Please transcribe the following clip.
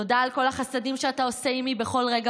תודה על כל החסדים שאתה עושה עימי בכל רגע